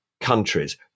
countries